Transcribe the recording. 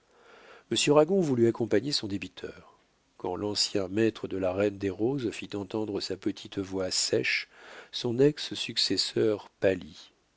ragon voulut accompagner son débiteur quand l'ancien maître de la reine des roses fit entendre sa petite voix sèche son ex successeur pâlit